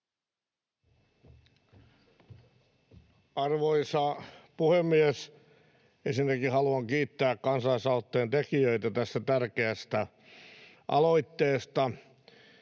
Arvoisa puhemies! Ensinnäkin haluan kiittää kansalaisaloitteen tekijöitä tästä tärkeästä aloitteesta.